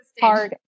hard